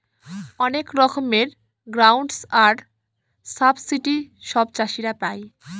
অনেক রকমের গ্রান্টস আর সাবসিডি সব চাষীরা পাই